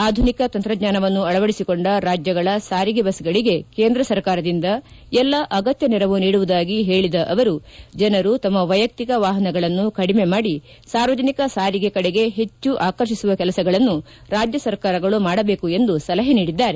ಆಧುನಿಕ ತಂತ್ರಜ್ಞಾನವನ್ನು ಅಳವಡಿಸಿಕೊಂಡ ರಾಜ್ಗಳ ಸಾರಿಗೆ ಬಸ್ಗಳಿಗೆ ಕೇಂದ್ರ ಸರ್ಕಾರದಿಂದ ಎಲ್ಲಾ ಅಗತ್ನ ನೆರವು ನೀಡುವುದಾಗಿ ಹೇಳಿದ ಅವರು ಜನರು ತಮ್ಮ ವೈಯಕ್ತಿಕ ವಾಪನಗಳನ್ನು ಕಡಿಮೆ ಮಾಡಿ ಸಾರ್ವಜನಿಕ ಸಾರಿಗೆ ಕಡೆಗೆ ಹೆಚ್ಚು ಆಕರ್ಷಿಸುವ ಕೆಲಸಗಳನ್ನು ರಾಜ್ಞ ಸರ್ಕಾರಗಳು ಮಾಡಬೇಕು ಎಂದು ಸಲಹೆ ನೀಡಿದ್ದಾರೆ